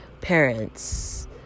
parents